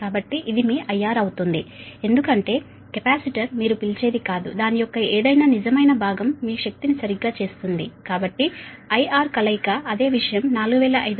కాబట్టి ఇది మీ IR అవుతుంది ఎందుకంటే కెపాసిటర్ మీరు పిలిచేది కాదు దాని యొక్క ఏదైనా నిజమైన భాగం మీ శక్తిని సరిగ్గా చేస్తుంది కాబట్టి IR కలయిక అదే విషయం 4500 10